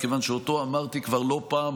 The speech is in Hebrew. מכיוון שאותו אמרתי כבר לא פעם,